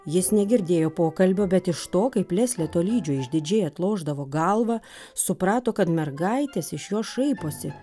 jis negirdėjo pokalbio bet iš to kaip leslė tolydžio išdidžiai atlošdavo galvą suprato kad mergaitės iš jo šaiposi